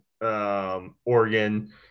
Oregon